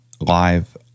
live